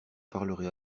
parlerai